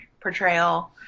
portrayal